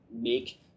make